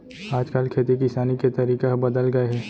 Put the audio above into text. आज काल खेती किसानी के तरीका ह बदल गए हे